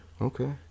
Okay